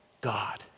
God